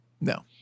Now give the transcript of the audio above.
No